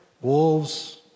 wolves